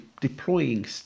Deploying